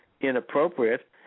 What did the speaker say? inappropriate